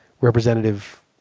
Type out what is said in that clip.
representative